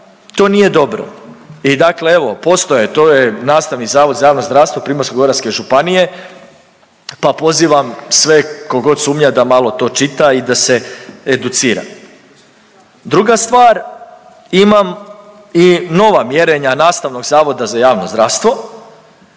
to nije dobro. I dakle evo, postoje, to je NZJZ Primorsko-goranske županije pa pozivam sve tko god sumnja, da malo to čita i da se educira. Druga stvar, imam i nova mjerenja NZJZ-a, šta je stvar,